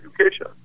education